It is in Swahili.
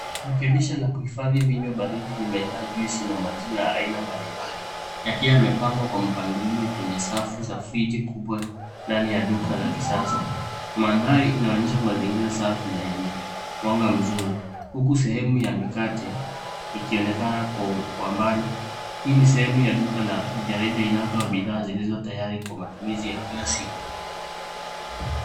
Rekebisha la kuhifadhi vinywa baridi limejaa juisi na maziwa ya aina mbalimbali yakiwa yamepangwa kwa mpangilio kwenye safu za friji kubwa ndani ya duka la kisasa. Mandhari inaonyesha mazingira safi na yenye mwanga mzuri huku sehemu ya mikate ikionekana kwa mbali. Hii ni sehemu ya duka la rejareja inayotoa bidhaa zilizo tayari kwa matumizi ya kila siku.